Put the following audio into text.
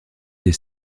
des